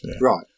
Right